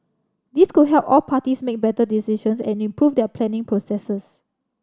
this could help all parties make better decisions and improve their planning processes